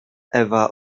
ewa